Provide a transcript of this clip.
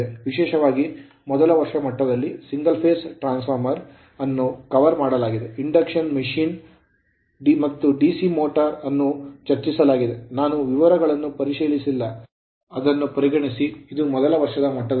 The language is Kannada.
ವಿಶೇಷವಾಗಿ ಮೊದಲ ವರ್ಷದ ಮಟ್ಟದಲ್ಲಿ single phase transformer single phase transformer ಅನ್ನು ಕವರ್ ಮಾಡಲಾಗಿದೆ induction machine ಇಂಡಕ್ಷನ್ ಮಷಿನ್ ಮತ್ತು DC motor ಮೋಟರ್ ಅನ್ನು ಚರ್ಚಿಸಲಾಗಿದೆ ನಾನು ವಿವರಗಳನ್ನು ಪರಿಶೀಲಿಸಿಲ್ಲ ಅದನ್ನು ಪರಿಗಣಿಸಿ ಇದು ಮೊದಲ ವರ್ಷದ ಮಟ್ಟದಲ್ಲಿದೆ